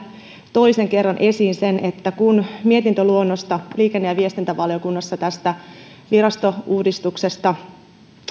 toisen kerran esiin sen että kun mietintöluonnosta liikenne ja viestintävaliokunnassa tästä virastouudistuksesta